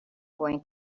going